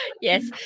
Yes